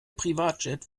privatjet